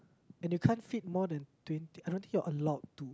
and you can't fit more than twenty I don't think you're allowed to